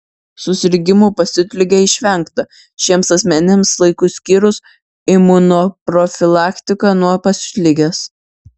susirgimų pasiutlige išvengta šiems asmenims laiku skyrus imunoprofilaktiką nuo pasiutligės